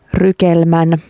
rykelmän